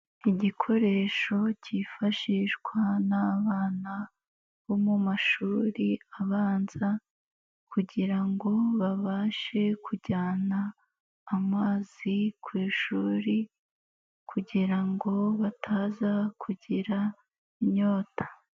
Igikoresho cyifashishwa n'abana bo mu mashuri abanza, kugira ngo babashe kujyana amazi ku ishuri, kugira ngo bataza kugira inyota.